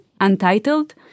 Untitled